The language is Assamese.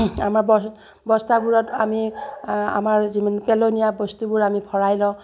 আমাৰ বস্তাবোৰত আমি আমাৰ যিমান পেলনীয়া বস্তুবোৰ আমি ভৰাই লওঁ